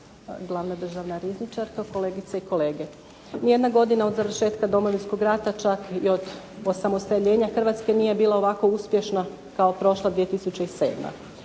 glavna državna rizničarko, kolegice i kolege. Nijedna godina od završetka Domovinskog rata čak i od osamostaljenja Hrvatske nije bila ovako uspješna kao prošla 2007.